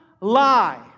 lie